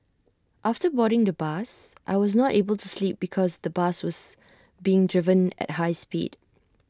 after boarding the bus I was not able to sleep because the bus was being driven at high speed